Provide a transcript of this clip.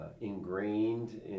ingrained